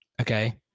okay